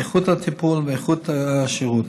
איכות הטיפול ואיכות השירות.